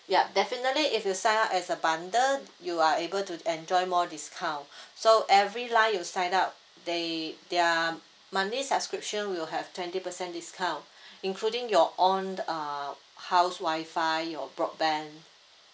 yup definitely if you sign up as a bundle you are able to enjoy more discount so every line you sign up they their monthly subscription will have twenty percent discount including your own uh house wifi your broadband